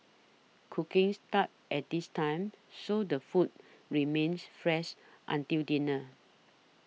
cooking starts at this time so the food remains fresh until dinner